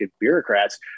bureaucrats